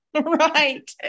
Right